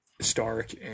Stark